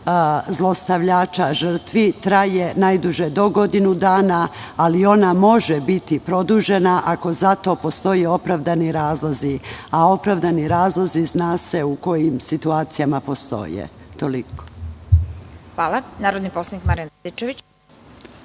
zlostavljača žrtvi traje najduže do godinu dana, ali ona može biti produžena ako za to postoje opravdani razlozi, a opravdani razlozi zna se u kojim situacijama postoje. **Vesna Kovač** Hvala. Reč ima narodni poslanik Marijan Rističević.